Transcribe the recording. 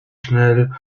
schnell